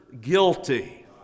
guilty